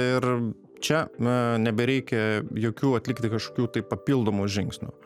ir čia na nebereikia jokių atlikti kažkokių tai papildomų žingsnių